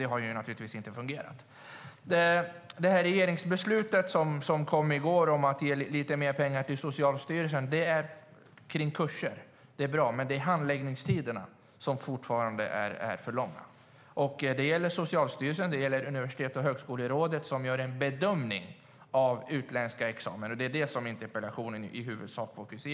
Det har naturligtvis inte fungerat. Det regeringsbeslut som kom i går om att ge lite mer pengar till Socialstyrelsen för kurser är bra, men det är handläggningstiderna som fortfarande är för långa. Det gäller Socialstyrelsen. Det gäller Universitets och högskolerådet, som gör en bedömning av utländska examina. Det är det jag i huvudsak fokuserar på i interpellationen.